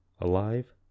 alive